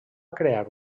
crear